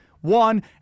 one